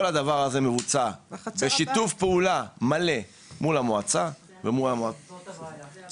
כל הדבר הזה מבוצע בשיתוף פעולה מלא מול המועצה --- זאת הבעיה.